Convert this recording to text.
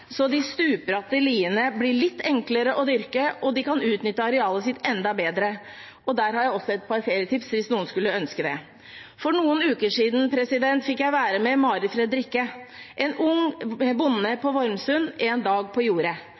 liene blir litt enklere å dyrke og de kan utnytte arealet sitt enda bedre. Der har jeg også et par ferietips hvis noen skulle ønske det. For noen uker siden fikk jeg være med Mari Fredrikke, en ung bonde på Vormsund, en dag på jordet.